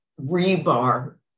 rebar